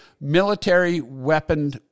military-weapon